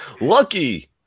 lucky